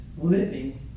living